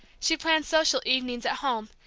she planned social evenings at home,